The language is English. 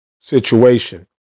situation